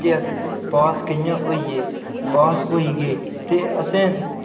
जे अस पास कि'यां होई गे पास होई गे ते असें